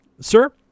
sir